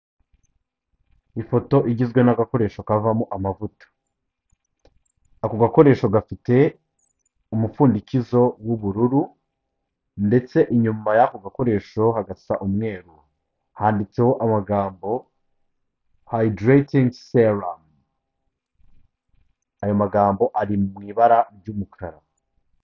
Ifoto igizwe n'akoresho kavamo amavuta. Ako gakoresho gafite umupfundikizo w'ubururu, ndetse inyuma y'ako gakoresho hagasa umweru. Handitseho amagambo Hydrating Serum. Ayo magambo ari mu ibara ry'umukara.